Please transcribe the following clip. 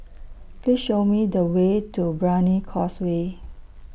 Please Show Me The Way to Brani Causeway